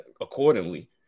accordingly